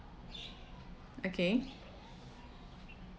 okay